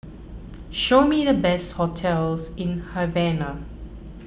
show me the best hotels in Havana